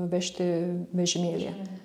vežti vežimėlyje